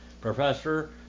Professor